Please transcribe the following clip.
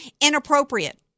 inappropriate